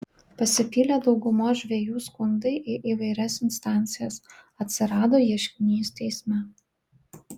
pasipylė daugumos žvejų skundai į įvairias instancijas atsirado ieškinys teisme